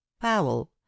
powell